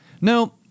no